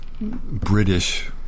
British